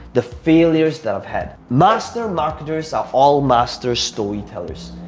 the failures that i've had. master marketers are all master story tellers.